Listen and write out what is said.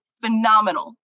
phenomenal